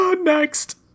Next